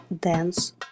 dance